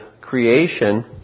creation